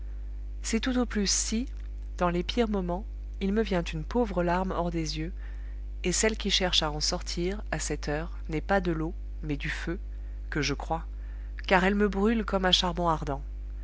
c'est tout au plus si dans les pires moments il me vient une pauvre larme hors des yeux et celle qui cherche à en sortir à cette heure n'est pas de l'eau mais du feu que je crois car elle me brûle comme un charbon ardent